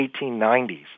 1890s